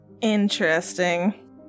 interesting